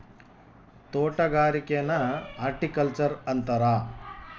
ತೊಟಗಾರಿಕೆನ horticulture ಅಂತಾರ